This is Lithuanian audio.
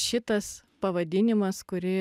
šitas pavadinimas kurį